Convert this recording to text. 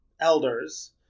elders